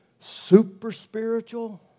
super-spiritual